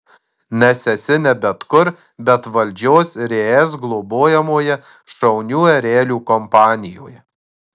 nes esi ne bet kur bet valdžios ir es globojamoje šaunių erelių kompanijoje